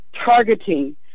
Targeting